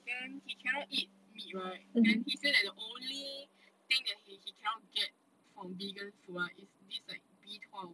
then he cannot eat meat right then he say that the only thing that he he cannot get from vegan food ah is this like B twelve